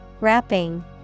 Wrapping